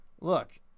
look